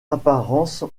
apparence